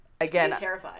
again